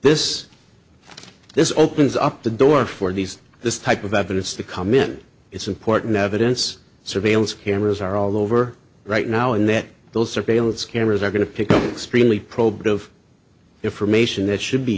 this this opens up the door for these this type of evidence to come in it's important evidence surveillance cameras are all over right now and that those surveillance cameras are going to pick up screen we probed of information that should be